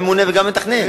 גם הממונה וגם המתכנן.